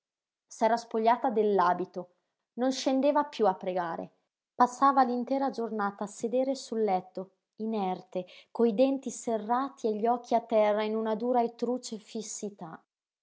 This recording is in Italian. s'era spogliata dell'abito non scendeva piú a pregare passava l'intera giornata a sedere sul letto inerte coi denti serrati e gli occhi a terra in una dura e truce fissità